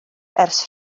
ers